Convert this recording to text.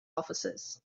officers